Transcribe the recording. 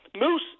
Moose